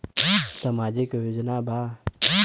सामाजिक योजना का बा?